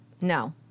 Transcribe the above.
no